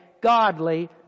godly